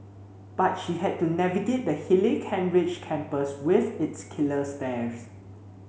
but she had to navigate the hilly Kent Ridge campus with its killer stairs